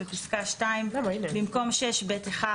בפסקה (2)במקום "6(ב)(1)